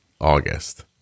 august